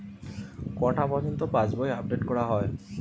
কটা পযর্ন্ত পাশবই আপ ডেট করা হয়?